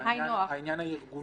דיברתי על העניין הארגוני.